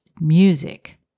music